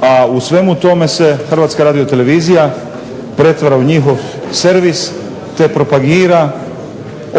a u svemu tome se Hrvatska radiotelevizija pretvara u njihov servis te propagira